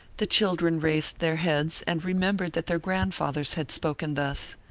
the children raised their heads and remembered that their grandfathers had spoken thus.